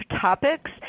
topics